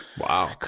Wow